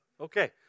Okay